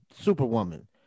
superwoman